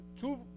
two